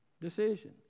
decision